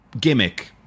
gimmick